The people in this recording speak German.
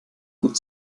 gut